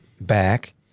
back